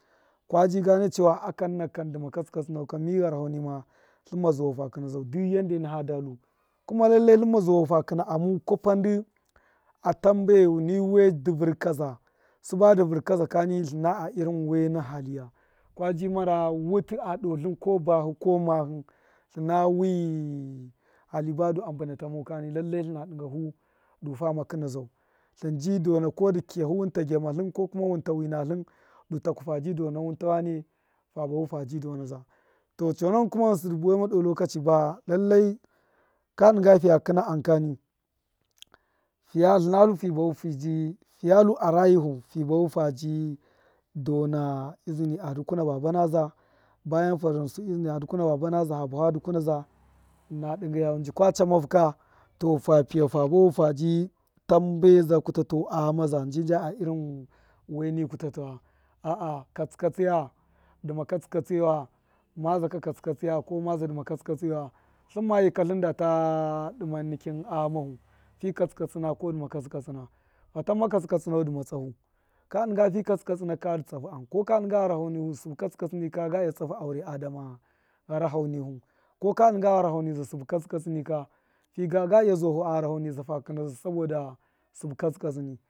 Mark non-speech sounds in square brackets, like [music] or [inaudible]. Kwaji gane chewa akanna kan dṫme katsṫkatsṫna ka mi gharahau nima tlṫmma zuwa hu fa kṫna zau du yanda ena fada lu kuma lallai tlṫmma zuwa fa kṫna amu kwafa dṫ a tambe ni we dṫ vṫrkaza sṫba dṫ vṫrkaza kani tuna a irin waina haliya kwaji mara wuti a doo tlṫn ko bahṫ ko mahi tlṫna wi hali badu a bṫna ta mau kani lallai tlṫna dṫga hu du fama kṫna zau tlṫn ji dona ko dṫ kiya hu wuta gyamatlṫn du taku faji dona wun ta wane fa bah fa ji donaza to chonakṫn kuma ghṫnsṫ du buwaima doo lokachi ba lallai ka dṫnga fiya kṫ am kan tlṫna lu [hesitation] fi bahu fiji dona izini a dukune bubanaza bayan ha dona su a dukuna za na dṫga ya nji ka chama fu ka to fa piyau fa buwafu faji tambe za kuta tau a ghame nji nja a irin waini kutatawa a’a katsi katsṫya dṫma katsṫ katsṫ yauwa mazaka katsṫ katsiye ko dṫma katsṫkatsiyau wa tlṫmma yika tlṫn da ta dṫme nikṫn a ghamahu fikatsṫ katsṫna ko dṫma katsṫ katsṫna fatamma katsṫ katsṫnau dṫma tsafu ka dṫma fi katsṫ katsṫma ka dṫ tsahu am ko dṫma katsṫ katsṫna fatamma katsṫ katsṫnau dṫma tsafu ka dṫnga fi katsṫ katsina ka dṫ tsahu am ko ka dṫnga gharaho nihu tlṫ katsṫ katsṫna ga iya tsahu am adama gharaha nihu ko ka dṫnga gharaho niza sṫbṫ katsṫ katṫni ka gaiya zuwa hu a gharaho ni fa kṫnaza saboda sṫbṫ katsṫ katsṫni.